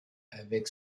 avec